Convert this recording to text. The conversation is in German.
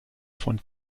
von